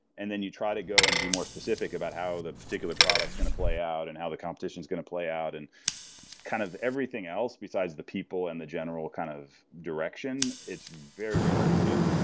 and then you try to go and be more specific about how the particular product is going to play out and how the competition is going to play out. and kind of everything else besides the people and the general kind of direction, it's very very hard to predict.